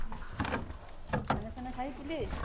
ए खाना साना खायो त्यसले